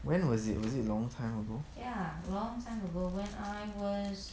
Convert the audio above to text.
when was it was it long time ago